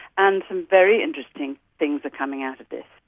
and some very interesting things are coming out of this.